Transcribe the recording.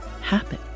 happen